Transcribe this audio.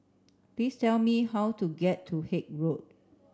please tell me how to get to Haig Road